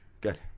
Good